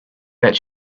that